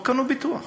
לא קנו ביטוח.